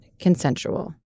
consensual